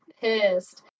pissed